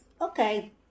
Okay